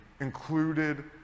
included